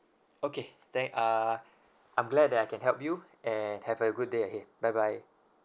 okay thank ah I'm glad that I can help you and have a good day bye bye